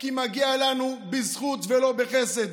כי מגיע לנו בזכות ולא בחסד.